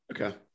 Okay